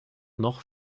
noch